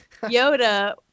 Yoda